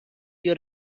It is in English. you